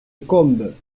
combes